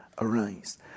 arise